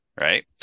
Right